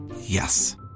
Yes